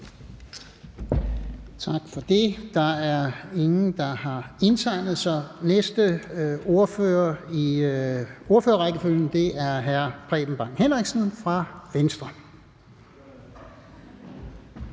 Tak for det. Der er ingen, der har indtegnet sig for korte bemærkninger. Næste ordfører i ordførerrækkefølgen er hr. Preben Bang Henriksen fra Venstre.